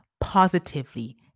positively